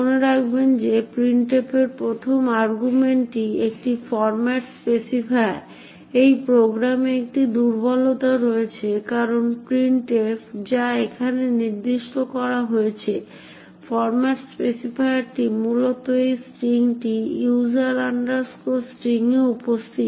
মনে রাখবেন যে printf এর প্রথম আর্গুমেন্টটি একটি ফরম্যাট স্পেসিফায়ার এই প্রোগ্রামে একটি দুর্বলতা রয়েছে কারণ printf যা এখানে নির্দিষ্ট করা হয়েছে ফরম্যাট স্পেসিফায়ারটি মূলত এই স্ট্রিংটি user string এ উপস্থিত